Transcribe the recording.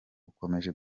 ukomeje